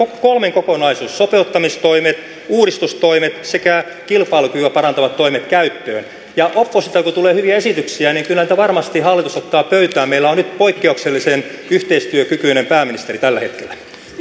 kolmen kokonaisuuden sopeuttamistoimet uudistustoimet sekä kilpailukykyä parantavat toimet käyttöön ja kun oppositiolta tulee hyviä esityksiä niin kyllä niitä varmasti hallitus ottaa pöytään meillä on nyt poikkeuksellisen yhteistyökykyinen pääministeri tällä hetkellä